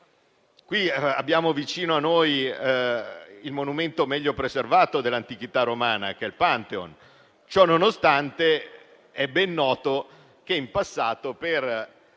noi abbiamo il monumento meglio preservato dell'antichità romana, il Pantheon; ciononostante è ben noto che in passato, per